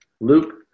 Luke